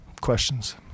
Questions